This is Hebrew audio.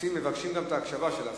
רוצים לדעת אם יש כאן שר.